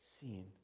seen